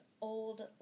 old